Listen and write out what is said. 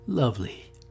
lovely